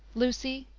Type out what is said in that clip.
lucy,